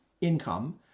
income